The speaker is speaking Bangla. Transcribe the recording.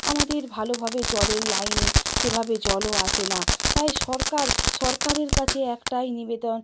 আমাদের ভালোভাবে জলের লাইনে সেভাবে জলও আসে না তাই সরকার সরকারের কাছে একটাই নিবেদন